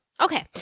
okay